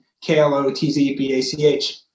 K-L-O-T-Z-B-A-C-H